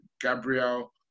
Gabriel